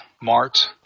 Mart